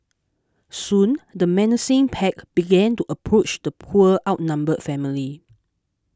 soon the menacing pack began to approach the poor outnumbered family